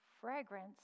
fragrance